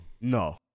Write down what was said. No